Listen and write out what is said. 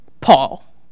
Paul